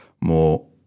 more